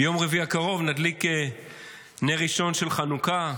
ביום רביעי הקרוב נדליק נר ראשון של חנוכה,